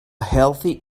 healthy